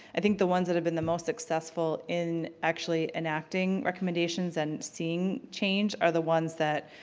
i think the ones that have been the most successful in actually enacting recommendations and seeing change are the ones that